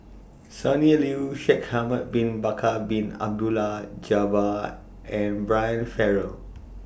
Sonny Liew Shaikh Ahmad Bin Bakar Bin Abdullah Jabbar and Brian Farrell